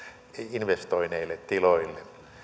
investoineille tiloille